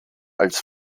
als